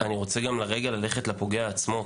אני רוצה ללכת לפוגע עצמו,